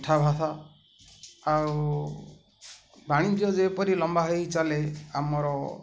ମିଠା ଭାଷା ଆଉ ବାଣିଜ୍ୟ ଯେପରି ଲମ୍ବା ହେଇ ଚାଲେ ଆମର